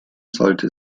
sollte